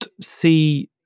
see